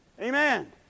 Amen